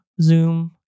zoom